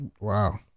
Wow